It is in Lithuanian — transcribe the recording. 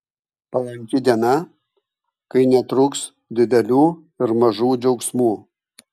palanki diena kai netruks didelių ir mažų džiaugsmų